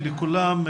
בוקר טוב לכולם,